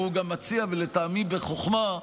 הוא גם מציע, ולטעמי בחוכמה,